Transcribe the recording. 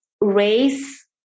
race